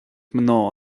mná